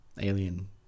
Alien